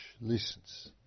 listens